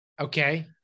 Okay